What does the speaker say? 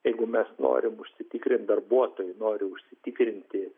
jeigu mes norim užsitikrint darbuotojai nori užsitikrinti